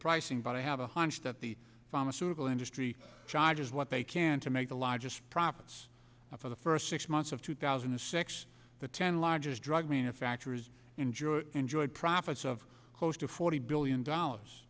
pricing but i have a hunch that the pharmaceutical industry charges what they can to make the largest profits for the first six months of two thousand and six the ten largest drug manufacturers enjoy enjoyed profits of close to forty billion dollars